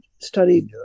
studied